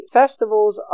festivals